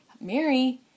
Mary